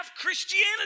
Christianity